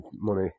money